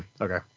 okay